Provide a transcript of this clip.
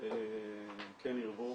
כן ירבו,